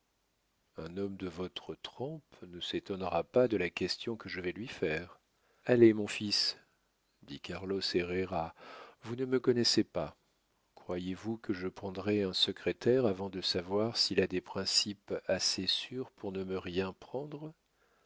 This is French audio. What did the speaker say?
un homme de votre trempe ne s'étonnera pas de la question que je vais lui faire allez mon fils dit carlos herrera vous ne me connaissez pas croyez-vous que je prendrais un secrétaire avant de savoir s'il a des principes assez sûrs pour ne me rien prendre